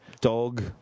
dog